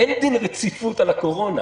אין דין רציפות על הקורונה.